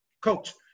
Coach